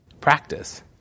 practice